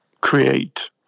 create